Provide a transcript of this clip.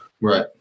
Right